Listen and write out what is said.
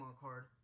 card